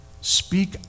speak